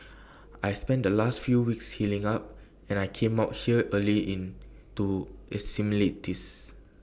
I spent the last few weeks healing up and I came out here early in to acclimatise